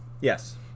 yes